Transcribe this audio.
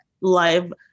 live